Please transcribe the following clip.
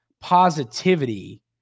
positivity